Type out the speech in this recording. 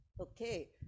okay